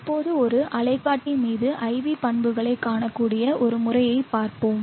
இப்போது ஒரு அலைக்காட்டி மீது IV பண்புகளைக் காணக்கூடிய ஒரு முறையைப் பார்ப்போம்